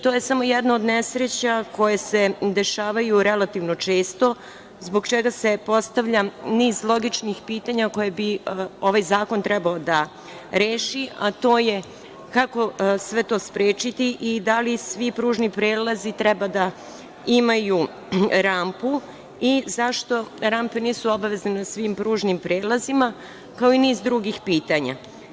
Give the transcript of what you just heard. To je samo jedna od nesreća koje se dešavaju relativno često zbog čega se postavlja niz logičnih pitanja koja bi ovaj zakon trebao da reši, a to je kako sve to sprečiti i da li svi ti pružni prelazi treba da imaju rampu i zašto rampe nisu obavezne na svim pružnim prelazima, kao i niz drugih pitanja.